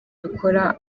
dukora